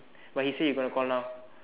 but he say better call now